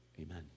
Amen